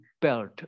belt